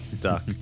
duck